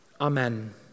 Amen